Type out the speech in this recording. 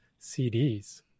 CDs